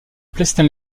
plestin